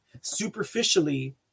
superficially